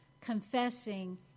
confessing